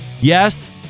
yes